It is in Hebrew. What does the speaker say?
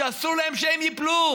שאסור שהם ייפלו.